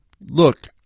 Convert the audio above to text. Look